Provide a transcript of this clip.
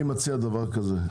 אני מציע דבר כזה,